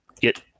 get